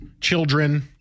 children